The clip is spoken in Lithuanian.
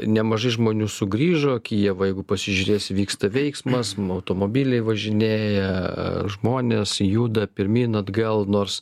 nemažai žmonių sugrįžo kijevą jeigu pasižiūrėsi vyksta veiksmas mum automobiliai važinėja žmonės juda pirmyn atgal nors